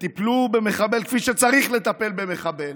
וטיפלו במחבל כפי שצריך לטפל במחבל,